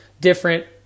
different